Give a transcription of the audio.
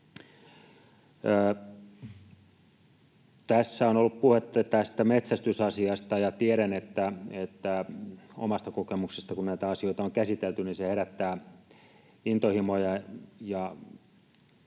Tässä on ollut puhetta metsästysasiasta, ja tiedän omasta kokemuksesta, kun näitä asioita on käsitelty, että se herättää intohimoja